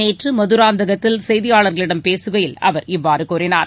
நேற்று மதுராந்தகத்தில் செய்தியாளர்களிடம் பேசுகையில் அவர் இவ்வாறு கூறினார்